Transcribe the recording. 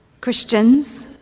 Christians